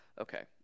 Okay